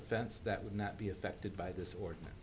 offense that would not be affected by this ordinance